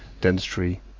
dentistry